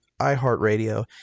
iHeartRadio